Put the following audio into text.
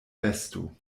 besto